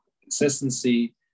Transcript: consistency